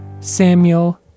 Samuel